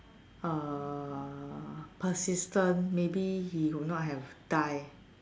uh persistent maybe he would not have die